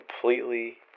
completely